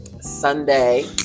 Sunday